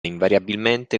invariabilmente